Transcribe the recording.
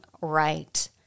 right